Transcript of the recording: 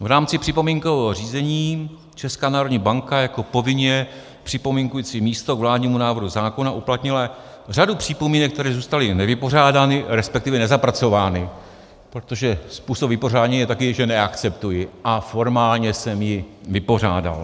V rámci připomínkového řízení Česká národní banka jako povinně připomínkující místo k vládnímu návrhu zákona uplatnila řadu připomínek, které zůstaly nevypořádány, respektive nezapracovány, protože způsob vypořádání je takový, že neakceptuji a formálně jsem ji vypořádal.